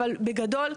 אבל בגדול,